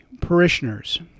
parishioners